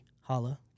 Holla